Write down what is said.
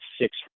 six